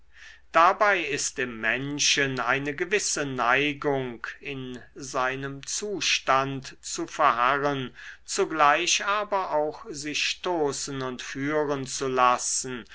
dabei ist im menschen eine gewisse neigung in seinem zustand zu verharren zugleich aber auch sich stoßen und führen zu lassen